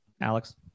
alex